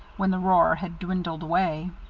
when the roar had dwindled away.